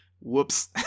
whoops